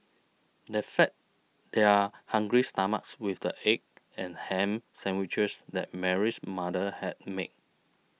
they fed they are hungry stomachs with the egg and ham sandwiches that Mary's mother had made